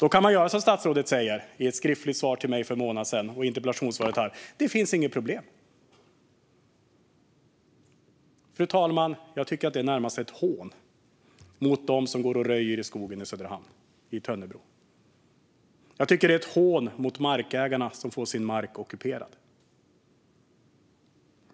Då kan man säga som statsrådet sa i ett skriftligt svar till mig för en månad sedan och i interpellationssvaret här: Det finns inget problem. Fru talman! Jag tycker att det är närmast ett hån mot dem som går och röjer i skogen utanför Söderhamn, i Tönnebro. Jag tycker att det är ett hån mot markägarna som får sin mark ockuperad.